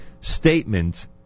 statement